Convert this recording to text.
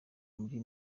muri